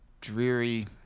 dreary